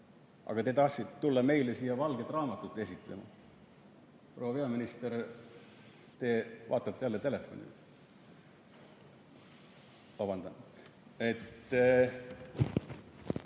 aga te tahtsite tulla meile siia valget raamatut esitlema. Proua minister, te vaatate jälle telefoni. Vabandust!